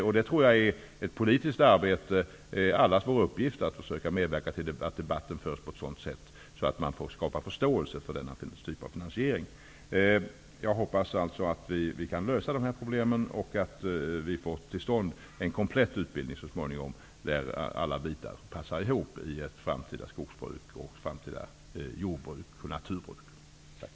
Jag tror att det är allas vår uppgift att försöka medverka till att debatten förs på ett sådant sätt att man skapar förståelse för denna typ av finansiering. Jag hoppas alltså att vi kan lösa de här problemen och att vi så småningom får till stånd en komplett utbildning där alla bitar passar ihop i ett framtida skogsbruk och ett framtida jordbruk och naturbruk.